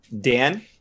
Dan